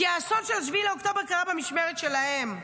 כי האסון של 7 באוקטובר קרה במשמרת שלהם.